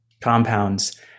compounds